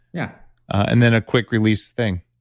yeah and then a quick release thing.